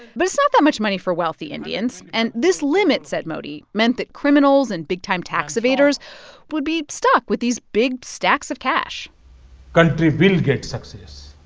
but it's not that much money for wealthy indians, and this limit, said modi, meant that criminals and big-time tax evaders would be stuck with these big stacks of cash country will get success.